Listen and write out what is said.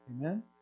Amen